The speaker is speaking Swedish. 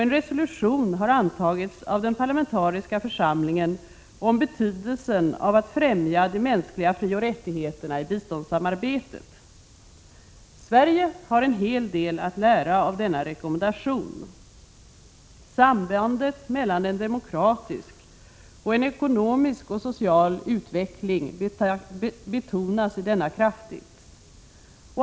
En resolution har antagits av den parlamentariska församlingen om betydelsen av att främja de mänskliga frioch rättigheterna i biståndssamarbetet. Sverige har en hel del att lära av denna rekommendation. Sambandet mellan en demokratisk och en ekonomisk och en social utveckling betonas i denna kraftigt.